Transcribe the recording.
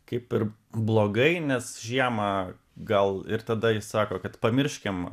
kaip ir blogai nes žiemą gal ir tada jis sako kad pamirškim